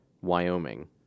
Wyoming